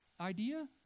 idea